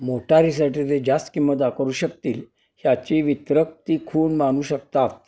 मोटारीसाठी ते जास्त किंमत आकारू शकतील ह्याची वितरक ती खूण मानू शकतात